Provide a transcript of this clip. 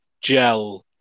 gel